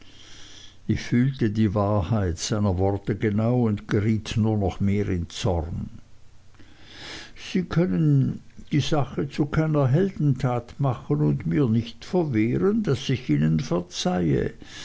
ich fühlte die wahrheit seiner worte genau und geriet nur noch mehr in zorn sie können die sache zu keiner heldentat machen und mir nicht verwehren daß ich ihnen verzeihe